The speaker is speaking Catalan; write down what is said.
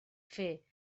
fer